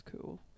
cool